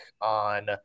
on